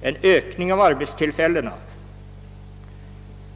och en ökning av arbetstillfällena.